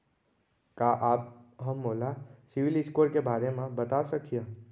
का आप हा मोला सिविल स्कोर के बारे मा बता सकिहा?